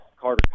Carter